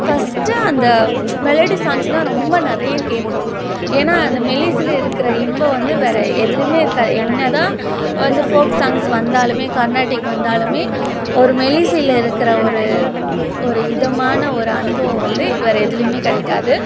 first அந்த melody songs தான் ரொம்ப நிறையா கேட்போம் ஏன்னா அந்த மெல்லிசையில இருக்கிற இன்பம் வந்து வேற எதிலையுமே இருக்காது என்னதான் வந்து ஃபோக் சாங்ஸ் வந்தாலுமே கர்நாட்டிக் வந்தாலுமே ஒரு மெல்லிசையில இருக்கிற ஒரு ஒரு இதமான ஒரு அனுபவம் வந்து வேற எதிலையுமே கிடைக்காது